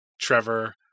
Trevor